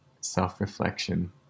self-reflection